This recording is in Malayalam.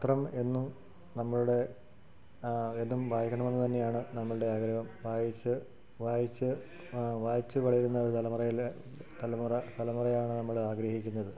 പത്രം എന്നും നമ്മളുടെ എന്നും വായിക്കണമെന്നു തന്നെയാണ് നമ്മളുടെ ആഗ്രഹം വായിച്ച് വായിച്ച് വായിച്ചു വളരുന്ന തലമുറയിൽ തലമുറ തലമുറയാണ് നമ്മളാഗ്രഹിക്കുന്നത്